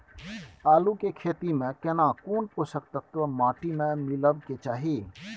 आलू के खेती में केना कोन पोषक तत्व माटी में मिलब के चाही?